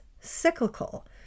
cyclical